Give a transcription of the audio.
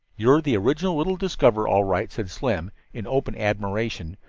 you're the original little discoverer, all right, said slim in open admiration,